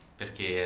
perché